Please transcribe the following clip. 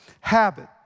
habit